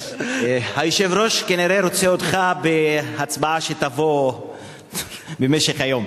היושב-ראש כנראה רוצה אותך בהצבעה שתבוא במשך היום.